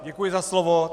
Děkuji za slovo.